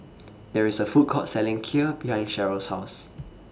There IS A Food Court Selling Kheer behind Cheryle's House